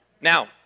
Now